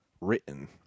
written